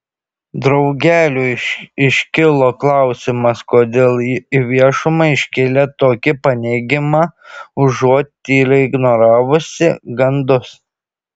daugeliui iškilo klausimas kodėl ji į viešumą iškėlė tokį paneigimą užuot tyliai ignoravusi gandus